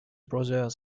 brothers